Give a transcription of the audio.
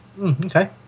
Okay